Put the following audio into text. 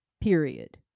Period